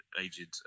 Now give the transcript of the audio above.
aged